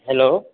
hello